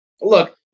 look